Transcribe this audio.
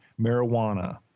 marijuana